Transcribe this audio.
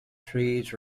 trees